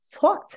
taught